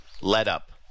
let-up